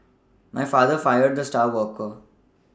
my father fired the star worker